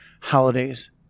holidays